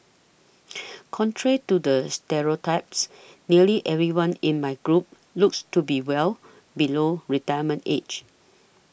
contrary to the stereotypes nearly everyone in my group looks to be well below retirement age